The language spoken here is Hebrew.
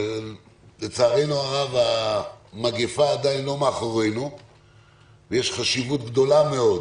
לצערנו הרב המגפה עדיין לא מאחורינו ויש חשיבות גדולה מאוד